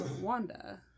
Wanda